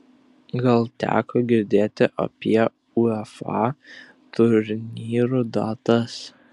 gal teko girdėti apie uefa turnyrų datas